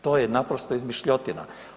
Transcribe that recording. To je naprosto izmišljotina.